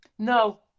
No